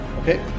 Okay